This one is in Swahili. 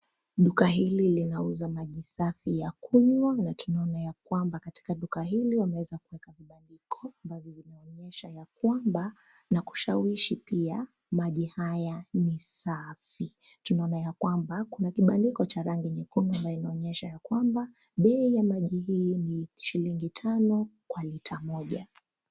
Duka hili linauza maji safi ya kunywa na tunaona ya kwamba katika duka hili wameweza kuweka vibandiko, ambavyo vinaonyesha ya kwamba na kushawishi pia maji haya ni safi. Tunaona ya kwamba , kuna kibandiko cha rangi nyekundu ambayo inaonyesha ya kwamba bei ya maji hii ni shillingi tano kwa lita moja.